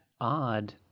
odd